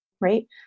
Right